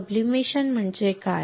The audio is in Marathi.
सब्लिमेशन म्हणजे काय